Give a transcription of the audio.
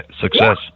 success